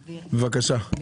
בבקשה.